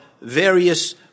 various